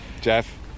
Jeff